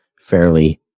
fairly